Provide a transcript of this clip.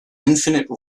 infinite